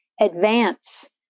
advance